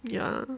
ya